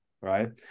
right